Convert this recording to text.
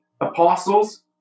apostles